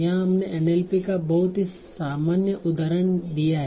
यहाँ हमने NLP का बहुत ही सामान्य उदाहरण दिया है